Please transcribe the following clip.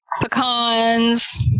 pecans